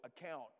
account